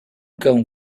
cão